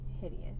hideous